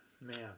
Man